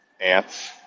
ants